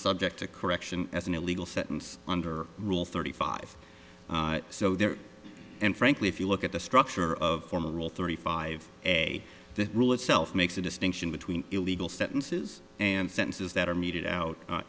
subject to correction as an illegal sentence under rule thirty five so there and frankly if you look at the structure of formal rule thirty five a the rule itself makes a distinction between illegal sentences and sentences that are meted out